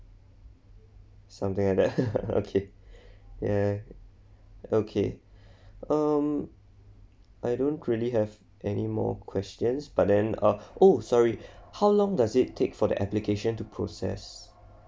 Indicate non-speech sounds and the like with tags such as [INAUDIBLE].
something like that [LAUGHS] okay ya okay um I don't really have any more questions but then uh oh sorry how long does it take for the application to process